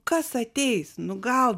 kas ateis nu gal